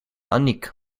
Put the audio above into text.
anniek